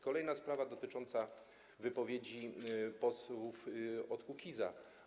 Kolejna sprawa, dotycząca wypowiedzi posłów Kukiza.